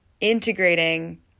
integrating